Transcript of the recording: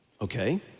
Okay